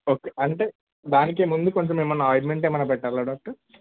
okay అంటే దానికి ముందు కొంచెం ఏమైనా ఆయింట్మెంట్ ఏమైన పెట్టాల డాక్టర్